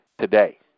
today